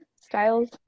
styles